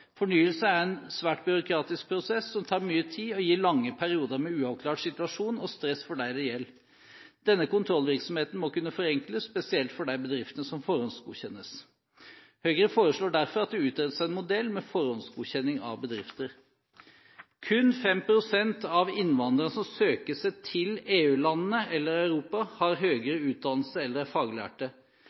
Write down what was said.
gir lange perioder med uavklart situasjon og stress for dem det gjelder. Denne kontrollvirksomheten må kunne forenkles, spesielt for de bedriftene som forhåndsgodkjennes. Høyre foreslår derfor at det utredes en modell med forhåndsgodkjenning av bedrifter. Kun 5 pst. av innvandrerne som søker seg til EU-landene eller Europa for øvrig, har høyere utdannelse eller er faglærte,